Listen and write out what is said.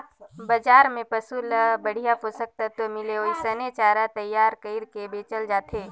बजार में पसु ल बड़िहा पोषक तत्व मिले ओइसने चारा तईयार कइर के बेचल जाथे